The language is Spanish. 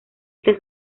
este